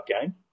game